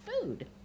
Food